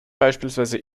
beispielsweise